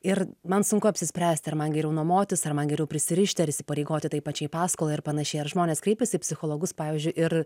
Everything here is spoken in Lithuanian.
ir man sunku apsispręsti ar man geriau nuomotis ar man geriau prisirišti ar įsipareigoti tai pačiai paskolai ir panašiai ar žmonės kreipiasi į psichologus pavyzdžiui ir